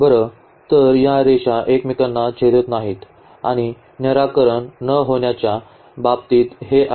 बरं तर या रेषा एकमेकांना छेदत नाहीत आणि निराकरण न होण्याच्या बाबतीत हे आहे